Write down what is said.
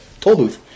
Tollbooth